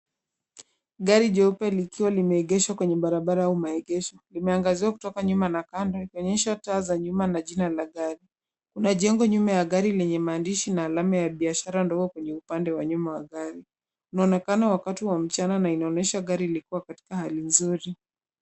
Gari jeupe likiwa limeegeshwa kwenye maegesho. Inaangaziwa kutoka nyuma ikionyesha taa za nyuma na jina la gari. Jengo nyuma ya gari lenye maandishi na alama ya biashara upande wa nyuma wa gari. Inaonekana ni wakati wa mchana na gari likiwa katika hali nzuri.